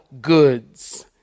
goods